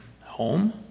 Home